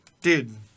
Dude